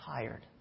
tired